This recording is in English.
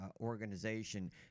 organization